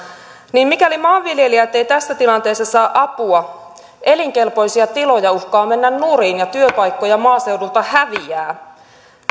niin mikäli maanviljelijät eivät tässä tilanteessa saa apua elinkelpoisia tiloja uhkaa mennä nurin ja työpaikkoja maaseudulta häviää